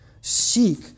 Seek